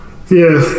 Yes